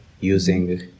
using